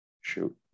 shoot